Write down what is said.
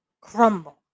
crumble